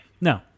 No